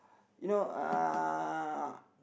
you know uh